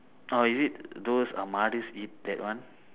orh is it those uh maadus eat that one